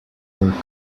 were